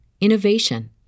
innovation